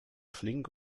flink